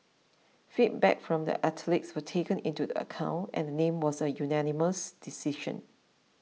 feedback from the athletes were taken into the account and name was a unanimous decision